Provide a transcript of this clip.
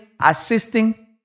assisting